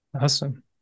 Awesome